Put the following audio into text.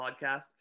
podcast